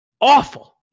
Awful